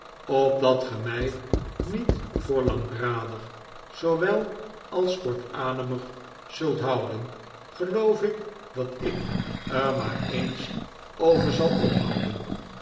opdat ge mij niet voor langdradig zoowel als kortademig zult houden geloof ik dat ik er maar eens over zal ophouden